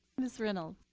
mrs. reynolds.